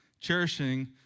cherishing